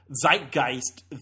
zeitgeist